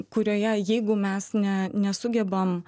kurioje jeigu mes ne nesugebam